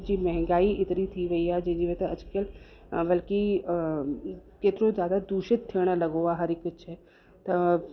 जी महांगाई एतिरी थी वेई आहे त अॼुकल्ह बल्कि केतिरो ज़्यादा दूषित थिअण लॻो आहे हर कुझु त